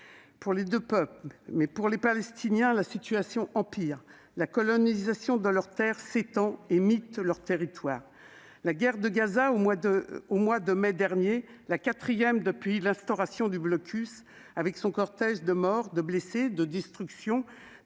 pour les deux peuples. Pour les Palestiniens, la situation empire : la colonisation de leurs terres s'étend et mite leur territoire. La guerre de Gaza au mois de mai dernier, la quatrième depuis l'instauration du blocus, avec son cortège de morts des deux côtés, de blessés et de destructions,